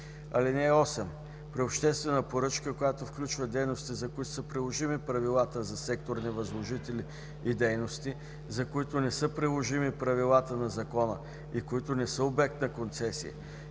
случаи. (8) При обществена поръчка, която включва дейности, за които са приложими правилата за секторни възложители и дейности, за които не са приложими правилата на Закона и които не са обект на концесия,